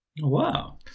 wow